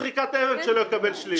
מצידי זריקת אבן, שלא יקבל שליש.